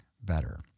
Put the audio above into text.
better